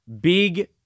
big